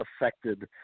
affected –